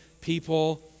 people